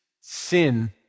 sin